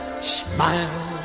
Smile